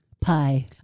Pie